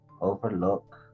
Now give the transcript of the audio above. overlook